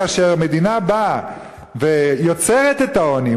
כאשר המדינה באה ויוצרת את העוני,